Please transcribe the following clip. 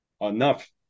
enough